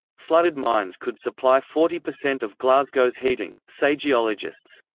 flooded mines could supply forty percent of glasgow's heating, say geologists.